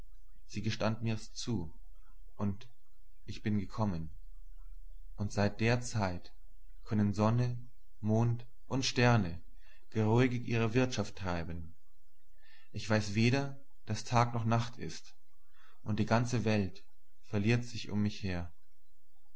sie gestand mir's zu und ich bin gekommen und seit der zeit können sonne mond und sterne geruhig ihre wirtschaft treiben ich weiß weder daß tag noch daß nacht ist und die ganze welt verliert sich um mich her